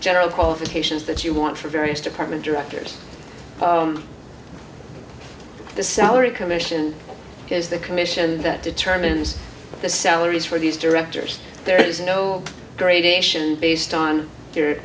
general qualifications that you want for various department directors the salary commission because the commission that determines the salaries for these directors there is no gradation based on your